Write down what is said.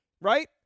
right